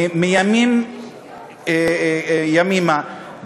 מימים ימימה,